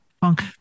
Funk